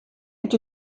est